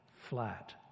flat